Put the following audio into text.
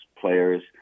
players